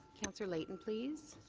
councillor layton, please.